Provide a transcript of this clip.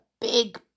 big